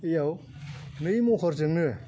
बियाव नै महरजोंनो